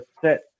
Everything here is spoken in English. set